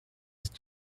ist